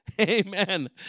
Amen